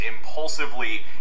impulsively